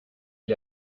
est